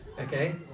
okay